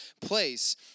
place